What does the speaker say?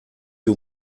you